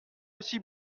aussi